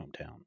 hometown